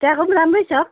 त्यहाँको पनि राम्रै छ